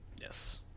Yes